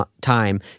time